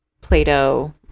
Plato